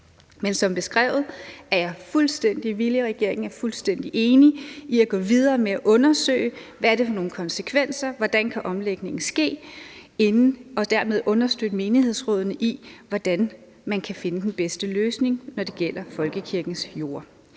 – og regeringen er fuldstændig enig – at gå videre med det og forinden at undersøge, hvad det er for nogle konsekvenser, hvordan omlægningen kan ske, og dermed understøtte menighedsrådene i, hvordan man kan finde den bedste løsning, når det gælder folkekirkens jorder.